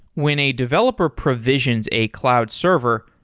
when a developer provisions a cloud server,